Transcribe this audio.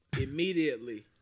Immediately